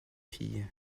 filles